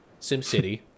SimCity